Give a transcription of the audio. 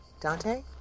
Dante